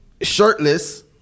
shirtless